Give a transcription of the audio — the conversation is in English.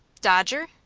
dodger?